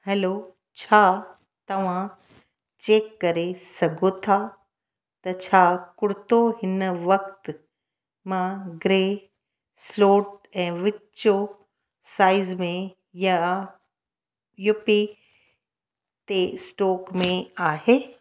hello छा तव्हां check करे सघो था त छा कुर्तो हिन वक़्ति मां ग्रे स्लोट ऐं विचों साइज़ में या यू पी ते स्टॉक में आहे